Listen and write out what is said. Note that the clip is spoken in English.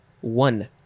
one